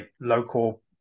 local